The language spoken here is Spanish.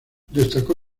destacó